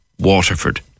Waterford